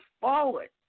forward